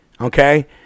okay